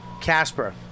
casper